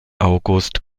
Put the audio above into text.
august